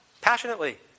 Passionately